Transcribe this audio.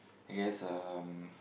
I guess um